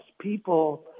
People